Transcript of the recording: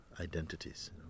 identities